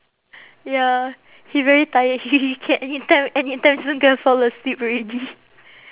ya he very tired he can anytime anytime soon kan fall asleep already